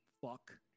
fuck